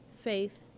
faith